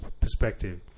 perspective